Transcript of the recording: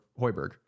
Hoiberg